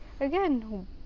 again